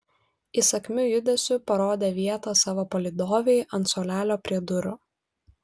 įsakmiu judesiu parodė vietą savo palydovei ant suolelio prie durų